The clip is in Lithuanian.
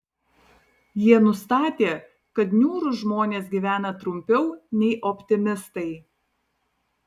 jie nustatė kad niūrūs žmonės gyvena trumpiau nei optimistai